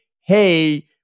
hey